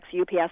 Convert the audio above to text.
UPS